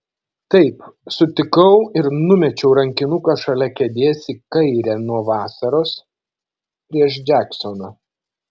taip sutikau ir numečiau rankinuką šalia kėdės į kairę nuo vasaros prieš džeksoną